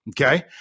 Okay